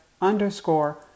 underscore